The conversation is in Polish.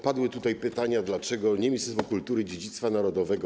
Padły tutaj pytania: Dlaczego nie Ministerstwo Kultury i Dziedzictwa Narodowego,